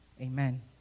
Amen